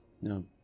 no